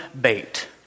bait